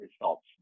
results